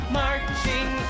marching